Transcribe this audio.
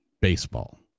baseball